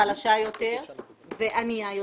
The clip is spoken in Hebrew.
חלשה יותר וענייה יותר,